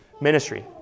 ministry